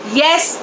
yes